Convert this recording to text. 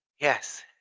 Yes